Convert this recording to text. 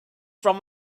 from